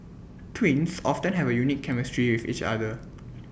twins often have A unique chemistry with each other